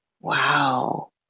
Wow